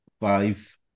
five